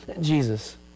Jesus